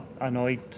annoyed